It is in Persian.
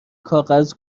کاغذ